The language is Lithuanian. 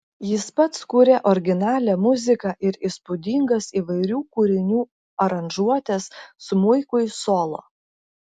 jis pats kuria originalią muziką ir įspūdingas įvairių kūrinių aranžuotes smuikui solo